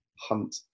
hunt